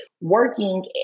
working